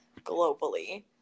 globally